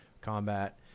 combat